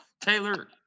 Taylor